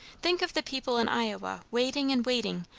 think of the people in iowa waiting and waiting,